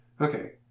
Okay